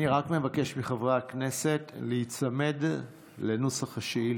אני רק מבקש מחברי הכנסת להיצמד לנוסח השאילתה.